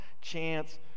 chance